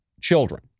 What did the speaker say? children